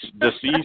deceased